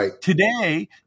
today